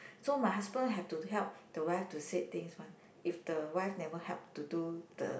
so my husband have to help the wife to said things one if the wife never help to do the